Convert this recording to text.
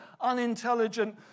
unintelligent